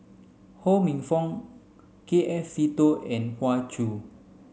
Ho Minfong K F Seetoh and Hoey Choo